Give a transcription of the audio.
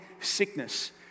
sickness